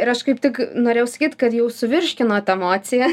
ir aš kaip tik norėjau sakyti kad jau suvirškinot emociją